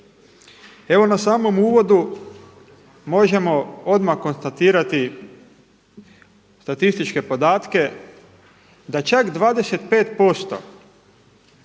Evo na samom uvodu možemo odmah konstatirati statističke podatke da čak 25%